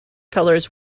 colors